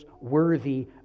worthy